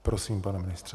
Prosím, pane ministře.